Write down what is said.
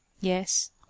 yes